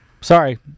Sorry